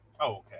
Okay